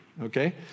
Okay